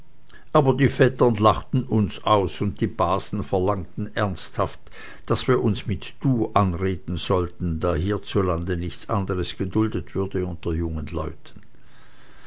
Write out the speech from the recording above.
aber die vettern lachten uns aus und die basen verlangten ernsthaft daß wir uns mit du anreden sollten da hierzulande nichts anderes geduldet würde unter jungen leuten